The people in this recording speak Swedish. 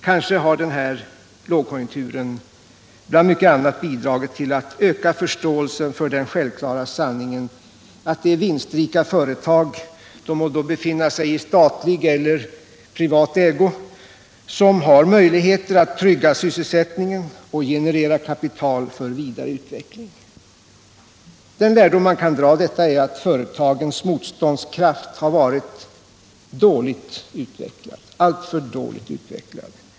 Kanske har den här lågkonjunkturen bland mycket annat bidragit till att öka förståelsen för den . självklara sanningen att det är vinstrika företag — de må befinna sig i statlig eller privat ägo - som har möjligheter att trygga sysselsättningen och generera kapital för vidareutveckling. Den lärdom man kan dra av detta är att företagens motståndskraft har varit alltför dåligt utvecklad.